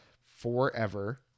forever